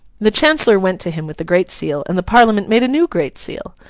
the chancellor went to him with the great seal, and the parliament made a new great seal.